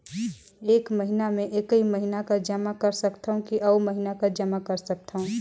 एक महीना मे एकई महीना कर जमा कर सकथव कि अउ महीना कर जमा कर सकथव?